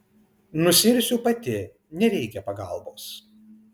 nusiirsiu pati nereikia pagalbos